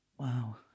Wow